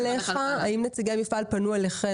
האם נציגי המפעל פנו אליכם